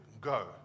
Go